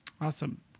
Awesome